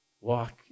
Walk